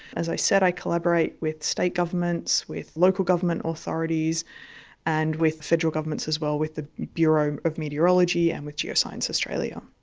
as i said, i collaborate with state governments, with local government authorities and with federal governments as well, with the bureau of meteorology and geoscience australia.